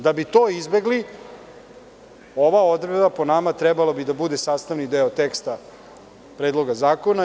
Da bi to izbegli, ova odredba po nama trebalo bi da bude sastavni deo teksta Predloga zakona.